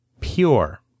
pure